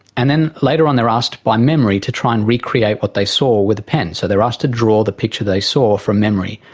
and then later on they're asked by memory to try and recreate what they saw with a pen, so they are asked to draw the picture they saw from memory,